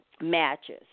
matches